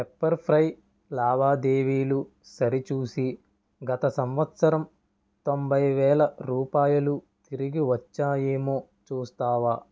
pepper fry లావాదేవీలు సరిచూసి గత సంవత్సరం తొంభై వేల రూపాయలు తిరిగి వచ్చాయేమో చూస్తావా